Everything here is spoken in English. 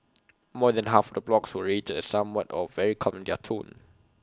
more than half of the blogs were rated as somewhat or very calm in their tone